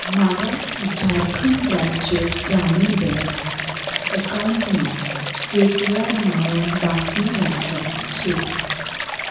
મારા ઝારખંડ રાજ્ય ગ્રામીણ બેંક એકાઉન્ટમાં કેટલાં નાણા બાકી રાખ્યા છે